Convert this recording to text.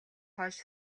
хойш